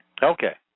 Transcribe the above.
Okay